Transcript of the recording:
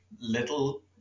little